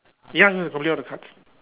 ya I'm probably want to cut